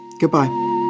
Goodbye